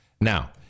Now